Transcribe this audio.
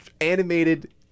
animated